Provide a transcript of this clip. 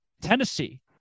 Tennessee